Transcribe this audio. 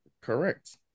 correct